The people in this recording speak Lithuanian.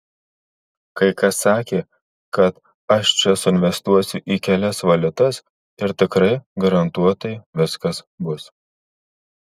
kai kas sakė kad aš čia suinvestuosiu į kelias valiutas ir tikrai garantuotai viskas bus